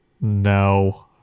No